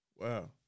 Wow